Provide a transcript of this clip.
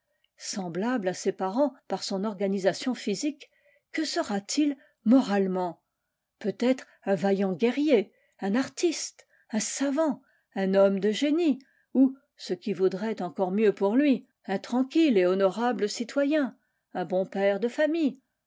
fera-t-il semblableà ses parents par son organisation physique que sera-t-il moralement peut-être un vaillant guerrier un artiste un savant un homme de génie ou ce qui vaudrait encore mieux pour lui un tranquille et honorable citoyen un bon père de famille